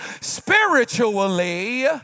spiritually